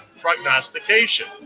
prognostication